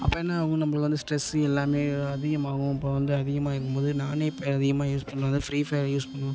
அப்போ என்னாகும் நம்மளுக்கு வந்து ஸ்ட்ரெஸ்ஸு எல்லாமே அதிகமாகும் இப்போ வந்து அதிகமாக இருக்கும் போது நானே இப்போ அதிகமாக யூஸ் பண்ணுறது ஃப்ரீஃபயர் யூஸ் பண்ணுவேன்